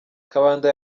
kabanda